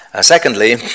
Secondly